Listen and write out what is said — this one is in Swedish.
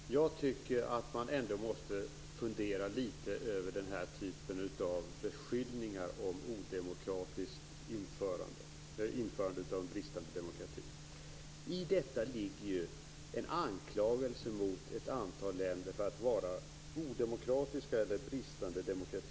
Fru talman! Jag tycker att man ändå måste fundera litet över den här typen av beskyllningar om införande av bristande demokrati. I detta ligger ju en anklagelse mot ett antal länder för att vara odemokratiska eller ha bristande demokrati.